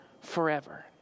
forever